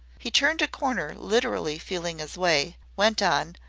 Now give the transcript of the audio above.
he turned a corner literally feeling his way, went on,